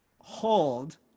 hold